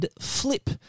Flip